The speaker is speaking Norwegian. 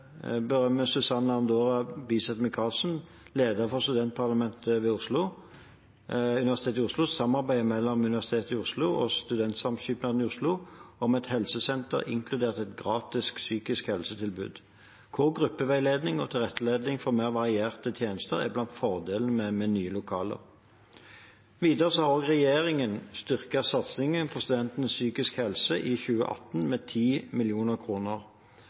leder for Studentparlamentet ved Universitetet i Oslo, samarbeidet mellom Universitetet i Oslo og Studentsamskipnaden i Oslo om et helsesenter, inkludert et gratis psykisk helsetilbud, hvor gruppeveiledning og tilrettelegging for mer varierte tjenester er blant fordelene med nye lokaler. Videre har regjeringen styrket satsingen på studentenes psykiske helse i 2018 med